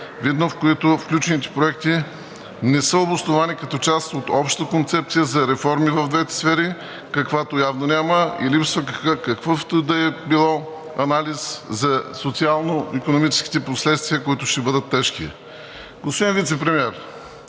най-видно, в които включените проекти не са обосновани като част от общата концепция за реформи в двете сфери, каквато явно няма, и липсва какъвто и да било анализ за социално-икономическите последствия, които ще бъдат тежки. Господин Вицепремиер,